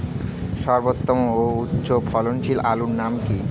সর্বোত্তম ও উচ্চ ফলনশীল আলুর নাম কি?